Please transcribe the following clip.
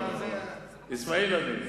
אסמעאיל הנייה.